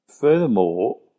Furthermore